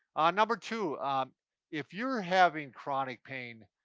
ah number two if you're having chronic pain,